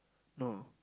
no